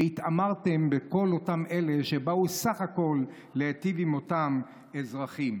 והתעמרתם בכל אותם אלה שבאו בסך הכול להיטיב עם אותם אזרחים.